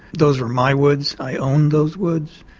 those were my woods, i owned those woods.